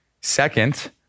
Second